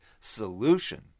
solution